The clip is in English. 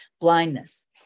blindness